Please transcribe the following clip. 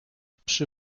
przy